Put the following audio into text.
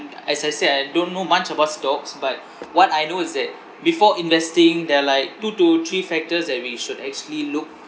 as I say I don't know much about stocks but what I know is that before investing there're like two to three factors that we should actually look